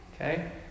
okay